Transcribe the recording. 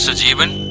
so jeevan?